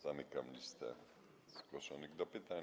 Zamykam listę zgłoszonych do pytań.